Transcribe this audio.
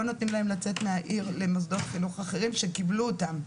נותנים להם לצאת מהעיר למוסדות חינוך אחרים שבהם קיבלו אותם.